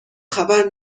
خبر